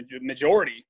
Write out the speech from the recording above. majority